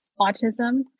autism